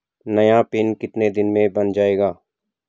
नया पिन कितने दिन में बन जायेगा?